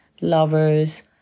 lovers